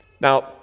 Now